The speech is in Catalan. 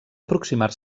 aproximar